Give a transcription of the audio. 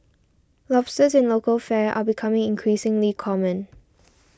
lobsters in local fare are becoming increasingly common